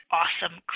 awesome